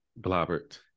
Blobbert